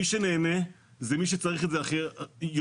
מי שנהנה זה מי שצריך את זה יותר,